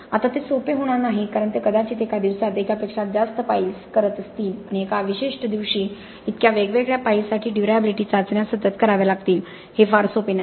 आता ते सोपे होणार नाही कारण ते कदाचित एका दिवसात एकापेक्षा जास्त पाईल्स करत असतील आणि एका विशिष्ट दिवशी इतक्या वेगवेगळ्या पाईल्ससाठी ड्युर्याबिलिटी चाचण्या सतत कराव्या लागतील हे फार सोपे नाही